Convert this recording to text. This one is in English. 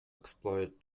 exploit